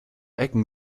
ecken